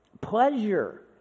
Pleasure